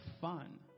fun